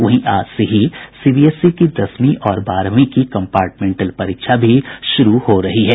वहीं आज से ही सीबीएसई की दसवीं और बारहवीं की कम्पार्टमेंटल परीक्षा भी शुरू हो रही है